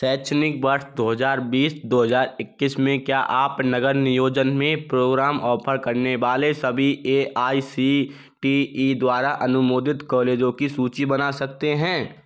शैक्षणिक वर्ष दो हज़ार बीस दो हज़ार में क्या आप नगर नियोजन में प्रोग्राम ऑफ़र करने वाले सभी A I C T E द्वारा अनुमोदित कॉलेजों की सूची बना सकते हैं